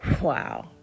wow